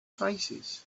faces